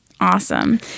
Awesome